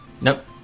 Nope